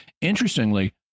Interestingly